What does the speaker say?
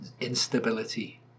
instability